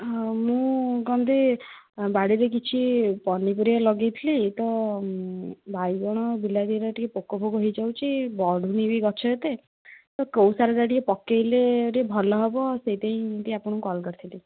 ହଁ ମୁଁ କ'ଣକି ବାଡ଼ିରେ କିଛି ପନିପରିବା ଲଗାଇଥିଲି ତ ବାଇଗଣ ବିଲାତି ହେରା ଟିକେ ପୋକଫୋକ ହେଇଯାଉଛି ବଢ଼ୁନି ବି ଗଛ ଏତେ ତ କେଉଁ ସାରଟା ଟିକେ ପକାଇଲେ ଟିକେ ଭଲ ହେବ ସେଇଥିପାଇଁ ଟିକେ ଆପଣଙ୍କୁ କଲ୍ କରିଥିଲି